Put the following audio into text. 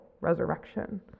resurrection